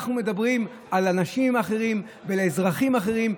אנחנו מדברים על אנשים אחרים ועל אזרחים אחרים,